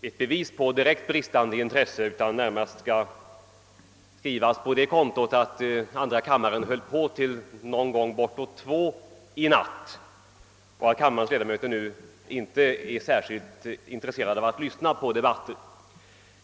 bevis på bristande intresse utan närmast beror på att andra kammaren avslutade sitt plenum först omkring kl. 2 i natt.